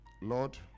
Lord